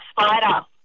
spider